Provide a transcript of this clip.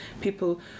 People